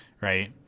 right